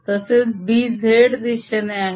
तसेच B z दिशेने आहे